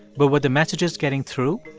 but were the messages getting through?